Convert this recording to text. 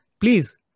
please